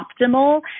optimal